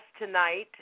tonight